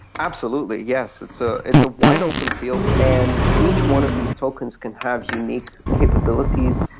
absolutely, yes. it's ah it's a wide open field, and each one of these tokens can have unique capabilities,